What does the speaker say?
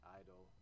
idol